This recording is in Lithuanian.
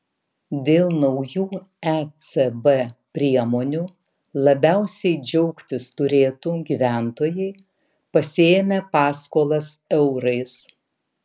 dėl naujų ecb priemonių labiausiai džiaugtis turėtų gyventojai pasiėmę paskolas eurais